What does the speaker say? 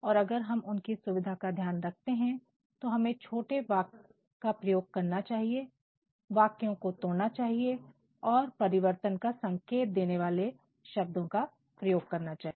और अगर हम उनकी सुविधा का ध्यान रखते हैं तो हमें छोटे वाक्य का प्रयोग करना चाहिएवाक्यों को तोड़ना चाहिए और परिवर्तन का संकेत देने वाले शब्दों का प्रयोग करना चाहिए